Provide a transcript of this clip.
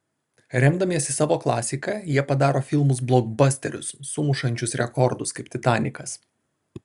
remdamiesi savo klasika jie padaro filmus blokbasterius sumušančius rekordus kaip titanikas